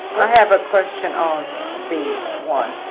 i have a question on the one